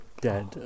dead